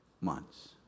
months